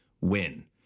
win